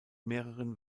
mehreren